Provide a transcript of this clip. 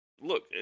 Look